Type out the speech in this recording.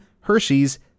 Hershey's